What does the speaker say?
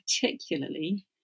particularly